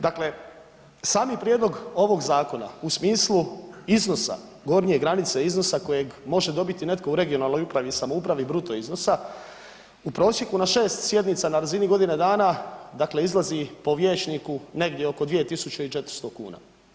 Dakle, sami prijedlog ovog zakona u smislu iznosa, gornje granice iznosa kojeg može dobiti netko u regionalnoj upravi i samoupravi, bruto iznosa u prosjeku na šest sjednica na razini godine dana, dakle izlazi po vijećniku negdje oko 2400 kuna.